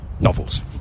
novels